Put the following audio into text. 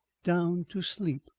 down to sleep.